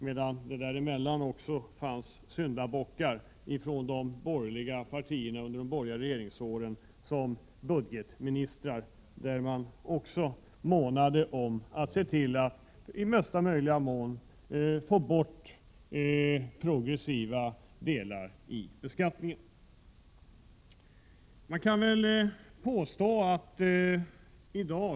Under de borgerliga regeringsåren agerade ifrån de borgerliga partierna budgetministrar som månade om att i mesta möjliga mån få bort progressiva delar i beskattningen.